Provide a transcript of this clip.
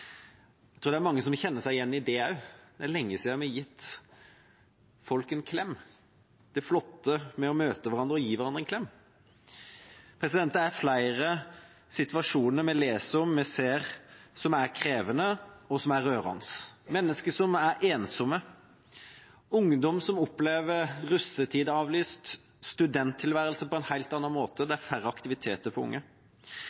Jeg tror det er mange som vil kjenne seg igjen i det også. Det er lenge siden vi har gitt folk en klem – det flotte med å møte hverandre og gi hverandre en klem. Vi leser om flere situasjoner som vi ser er krevende, og som er rørende: Mennesker som er ensomme. Ungdommer som opplever at russetida er avlyst. Studenttilværelsen blir på en helt annen måte. Det er færre aktiviteter for de